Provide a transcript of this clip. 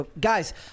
guys